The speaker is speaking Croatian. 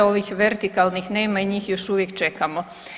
Ovih vertikalnih nema i njih još uvijek čekamo.